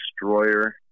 destroyer